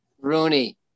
Rooney